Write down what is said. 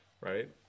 right